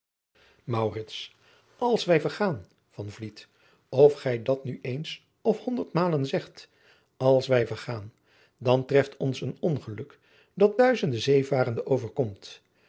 als wij vergaan van vliet of gij dat nu eens of honderdmalen zegt als wij vergaan dan treft ons een ongeluk dat duizende zeevarende overkomt